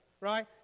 Right